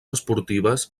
esportives